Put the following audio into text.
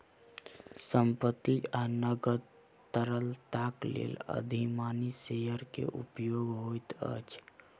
संपत्ति आ नकद तरलताक लेल अधिमानी शेयर के उपयोग होइत अछि